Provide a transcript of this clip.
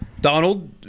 Donald